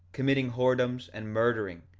committing whoredoms, and murdering,